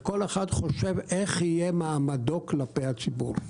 וכל אחד חושב איך יהיה מעמדו כלפי הציבור.